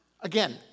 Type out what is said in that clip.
again